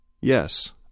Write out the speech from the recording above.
Yes